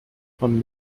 von